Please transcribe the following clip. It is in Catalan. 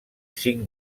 cinc